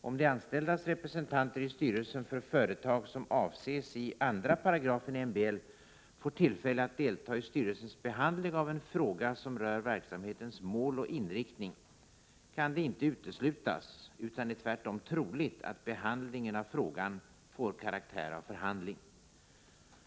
Om de anställdas representanter i styrelsen för företag som avses i 2 § MBL får tillfälle att delta i styrelsens behandling av en fråga som rör verksamhetens mål och inriktning, kan det inte uteslutas — det är tvärtom troligt — att behandlingen av frågan får karaktär av förhandling.